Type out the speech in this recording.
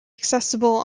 accessible